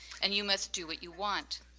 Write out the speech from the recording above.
and you must do what you want.